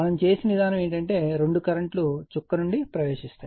మనము చేసిన విధానం ఏమిటంటే రెండు కరెంట్ లు చుక్క నుండి ప్రవేశిస్తాయి